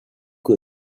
good